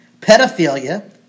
pedophilia